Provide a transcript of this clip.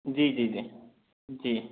जी जी जी जी